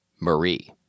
Marie